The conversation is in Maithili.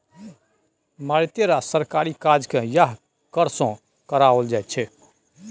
मारिते रास सरकारी काजकेँ यैह कर सँ कराओल जाइत छै